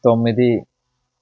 తొమ్మిది